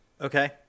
Okay